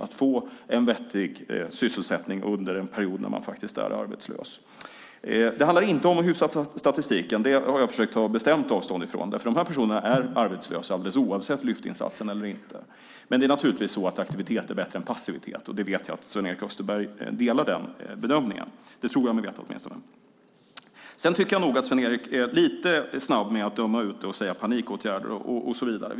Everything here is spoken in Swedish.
att gå och en vettig sysselsättning under en period då de är arbetslösa. Det handlar inte om att hyfsa statistiken; det har jag försökt att ta bestämt avstånd ifrån. Dessa personer är nämligen arbetslösa alldeles oavsett Lyftinsatsen. Det är dock naturligtvis så att aktivitet är bättre än passivitet, och jag vet att Sven-Erik Österberg delar den bedömningen. Det tror jag mig åtminstone veta. Sedan tycker jag nog att Sven-Erik är lite snabb med att döma ut detta och säga att det är panikåtgärder och så vidare.